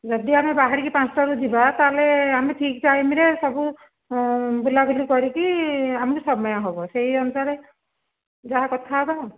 ଯଦି ଆମେ ବାହାରିକି ପଞ୍ଚଟାରୁ ଯିବା ତାହାହେଲେ ଆମେ ଠିକ୍ ଟାଇମ୍ରେ ସବୁ ବୁଲାବୁଲି କରିକି ଆମକୁ ସମୟ ହବ ସେଇ ଅନୁସାରେ ଯାହା କଥା ହବା ଆଉ